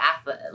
athlete